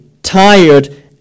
Tired